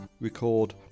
record